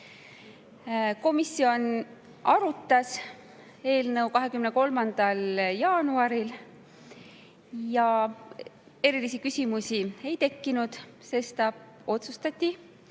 Komisjon arutas eelnõu 23. jaanuaril. Erilisi küsimusi ei tekkinud, sestap otsustati